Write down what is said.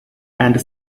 and